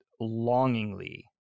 longingly